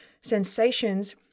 sensations